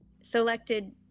selected